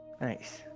Nice